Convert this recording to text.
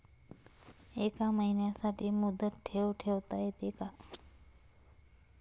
एका महिन्यासाठी मुदत ठेव ठेवता येते का?